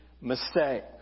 mistake